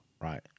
right